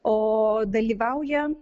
o dalyvauja